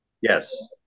Yes